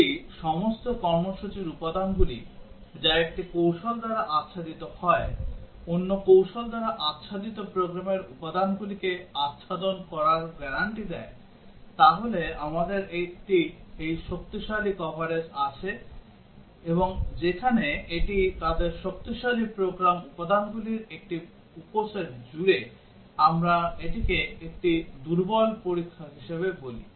যদি সমস্ত কর্মসূচির উপাদানগুলি যা একটি কৌশল দ্বারা আচ্ছাদিত হয় অন্য কৌশল দ্বারা আচ্ছাদিত প্রোগ্রামের উপাদানগুলিকে আচ্ছাদন করার গ্যারান্টি দেয় তাহলে আমাদের এই শক্তিশালী কভারেজ আছে এবং যেখানে এটি তাদের শক্তিশালী প্রোগ্রাম উপাদানগুলির একটি উপসেট জুড়ে আমরা এটিকে একটি দুর্বল পরীক্ষা হিসাবে বলি